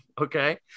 Okay